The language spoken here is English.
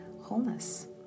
wholeness